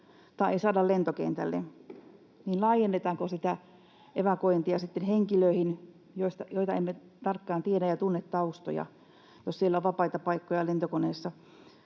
tai ei saada lentokentälle, laajennetaanko sitä evakuointia sitten henkilöihin, joita emme tarkkaan tiedä ja joiden taustoja emme tunne, jos siellä on vapaita paikkoja lentokoneessa?